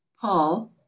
Paul